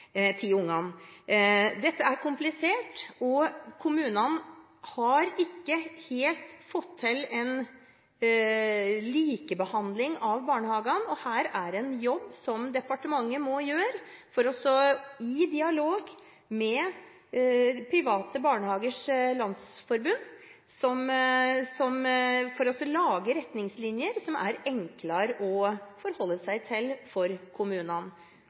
Dette er komplisert, og kommunene har ikke helt fått til en likebehandling av barnehagene. Her er det en jobb som departementet må gjøre i dialog med Private Barnehagers Landsforbund for å lage retningslinjer som er enklere å forholde seg til for